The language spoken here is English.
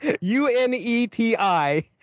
U-N-E-T-I